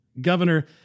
Governor